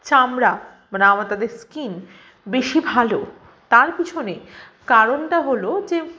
চামড়া মানে আমা তাদের স্কিন বেশি ভালো তার পিছনে কারণটা হলো যে